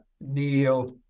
Neil